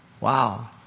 Wow